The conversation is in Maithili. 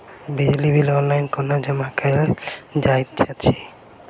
बिजली बिल ऑनलाइन कोना जमा कएल जाइत अछि?